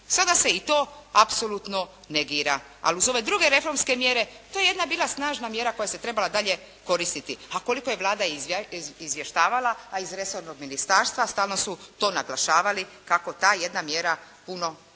Sada se i to apsolutno negira. Ali uz ove druge reformske mjere, to je jedna bila snažna mjera koja se trebala dalje koristiti. A koliko je Vlada izvještavala, a iz resornog ministarstva stalno su to naglašavali kako ta jedna mjera puno,